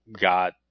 got